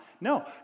No